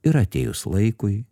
ir atėjus laikui